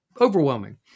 overwhelming